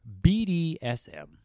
BDSM